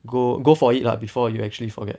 go go for it lah before you actually forget